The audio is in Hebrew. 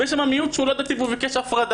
ויש שם מיעוט שהוא לא דתי והוא ביקש מעורב.